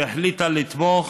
והיא החליטה לתמוך